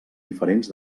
diferents